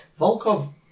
Volkov